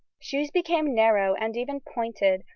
shoes became narrow and even pointed,